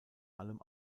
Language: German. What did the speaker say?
allem